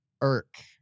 irk